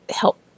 help